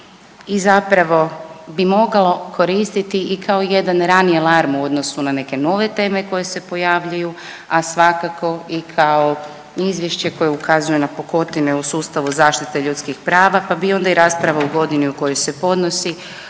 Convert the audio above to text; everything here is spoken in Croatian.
i zapravo bi moglo koristiti i kao jedan raniji alarm u odnosu na neke nove teme koje se pojavljuju, a svakako i kao izvješće koje ukazuje na pukotine u sustavu zaštite ljudskih prava, pa bi onda i rasprava u godini u kojoj se podnosi